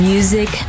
Music